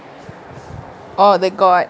oh the god